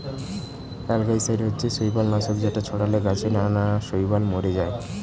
algicide হচ্ছে শৈবাল নাশক যেটা ছড়ালে গাছে নানা শৈবাল মরে যায়